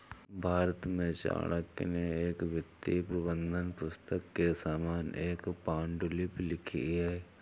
भारत में चाणक्य ने एक वित्तीय प्रबंधन पुस्तक के समान एक पांडुलिपि लिखी थी